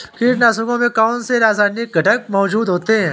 कीटनाशकों में कौनसे रासायनिक घटक मौजूद होते हैं?